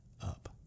up